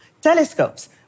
Telescopes